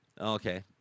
Okay